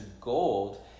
gold